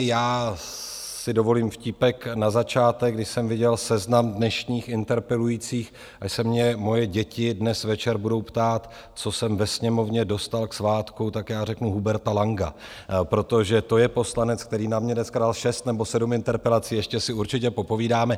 Já si dovolím vtípek na začátek: když jsem viděl seznam dnešních interpelujících, až se mě moje děti dnes večer budou ptát, co jsem ve Sněmovně dostal k svátku, tak já řeknu: Huberta Langa, protože to je poslanec, který na mě dneska dal šest nebo sedm interpelací, ještě si určitě popovídáme.